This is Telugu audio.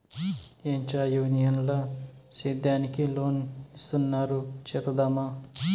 ఏంచా యూనియన్ ల సేద్యానికి లోన్ ఇస్తున్నారు చేరుదామా